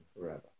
forever